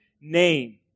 name